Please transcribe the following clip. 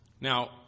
Now